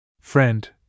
Friend